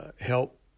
help